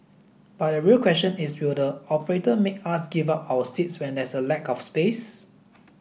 but the real question is will the operator make us give up our seats when there's a lack of space